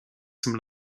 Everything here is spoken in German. zum